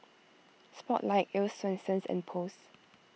Spotlight Earl's Swensens and Post